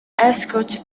escorts